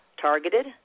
targeted